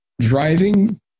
driving